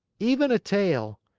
even a tail!